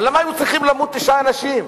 אבל למה היו צריכים למות תשעה אנשים?